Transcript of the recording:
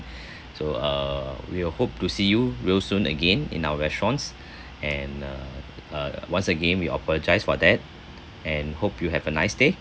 so uh we will hope to see you real soon again in our restaurants and uh uh once again we apologise for that and hope you have a nice day